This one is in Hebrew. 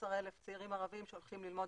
15,000 צעירים ערבים שהולכים ללמוד